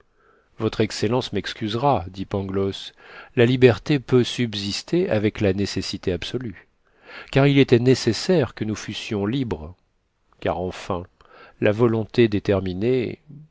votre excellence m'excusera dit pangloss la liberté peut subsister avec la nécessité absolue car il était nécessaire que nous fussions libres car enfin la volonté déterminée